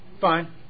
Fine